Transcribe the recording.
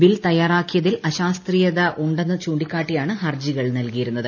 bill തയ്യാറാക്കിയതിൽ അശാസ്ത്രീയത ഉണ്ടെന്ന് ചൂണ്ടിക്കാട്ടിയാണ് ഹർജികൾ നൽകിയിരുന്നത്